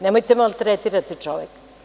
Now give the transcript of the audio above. Nemojte da maltretirate čoveka.